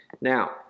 Now